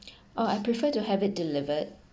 oh I prefer to have it delivered